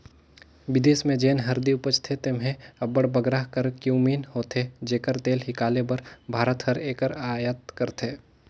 बिदेस में जेन हरदी उपजथे तेम्हें अब्बड़ बगरा करक्यूमिन होथे जेकर तेल हिंकाले बर भारत हर एकर अयात करथे